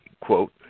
quote